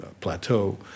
plateau